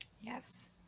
Yes